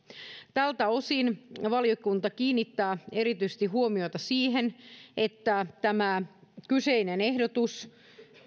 tältä osin valiokunta kiinnittää erityisesti huomiota siihen että tämä kyseinen ehdotus